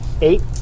Eight